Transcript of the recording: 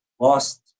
lost